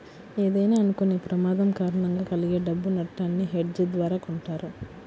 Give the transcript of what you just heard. ఏదైనా అనుకోని ప్రమాదం కారణంగా కలిగే డబ్బు నట్టాన్ని హెడ్జ్ ద్వారా కొంటారు